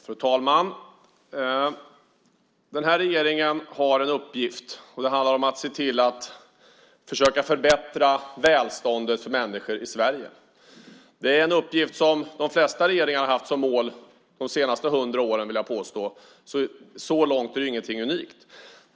Fru talman! Den här regeringen har en uppgift, och den handlar om att försöka förbättra välståndet för människor i Sverige. Det är en uppgift som de flesta regeringar har haft som mål de senaste hundra åren, vill jag påstå. Så långt är ingenting unikt.